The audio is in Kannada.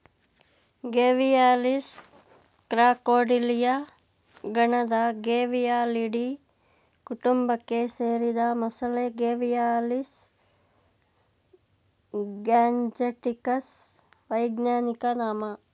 ಗೇವಿಯಾಲಿಸ್ ಕ್ರಾಕೊಡಿಲಿಯ ಗಣದ ಗೇವಿಯಾಲಿಡೀ ಕುಟುಂಬಕ್ಕೆ ಸೇರಿದ ಮೊಸಳೆ ಗೇವಿಯಾಲಿಸ್ ಗ್ಯಾಂಜೆಟಿಕಸ್ ವೈಜ್ಞಾನಿಕ ನಾಮ